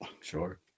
Sure